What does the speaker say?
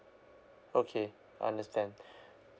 okay understand